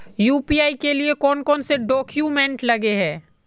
UPI के लिए कौन कौन से डॉक्यूमेंट लगे है?